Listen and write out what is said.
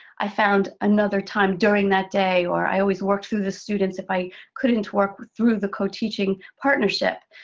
i found another time during that day, or i always worked through the students if i couldn't work through the co-teaching partnership.